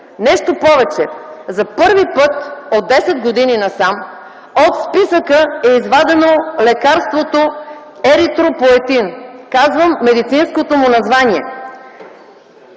Нещо повече, за първи път от десет години насам от списъка е извадено лекарството „Еритропоетин”. Казвам медицинското му название.